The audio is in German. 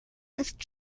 ist